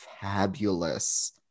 fabulous